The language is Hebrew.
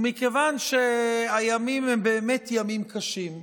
ומכיוון שהימים הם באמת ימים קשים,